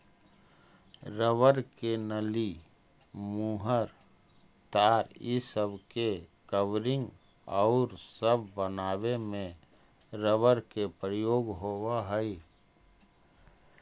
rubber के नली, मुहर, तार इ सब के कवरिंग औउर सब बनावे में रबर के प्रयोग होवऽ हई